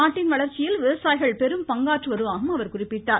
நாட்டின் வளர்ச்சியில் விவசாயிகள் பெரும் பங்காற்றுவதாகவும் அவர் கூறினார்